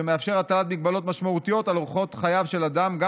שמאפשר הטלת מגבלות משמעותיות על אורחות חייו של אדם גם